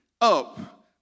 up